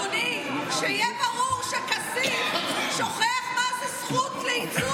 אדוני, שיהיה ברור שכסיף שוכח מה זה זכות לייצוג.